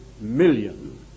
million